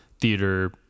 theater